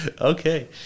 Okay